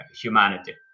humanity